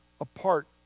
apart